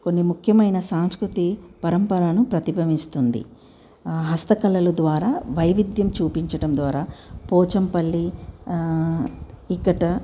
కొన్ని ముఖ్యమైన సాంస్కృతిక పరంపరను ప్రతిబింబిస్తుంది హస్తకళల ద్వారా వైవిధ్యం చూపించటం ద్వారా పోచంపల్లి ఇక్కట్ట్